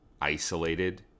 isolated